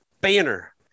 banner